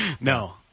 No